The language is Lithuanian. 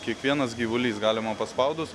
kiekvienas gyvulys galima paspaudus